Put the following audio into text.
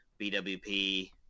BWP